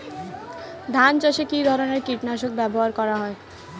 ধান চাষে কী ধরনের কীট নাশক ব্যাবহার করা হয়?